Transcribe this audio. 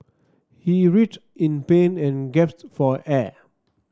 he writhed in pain and for air